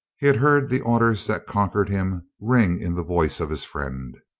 he had heard the orders that conquered him ring in the voice of his friend.